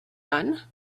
done